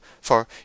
for